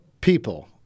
people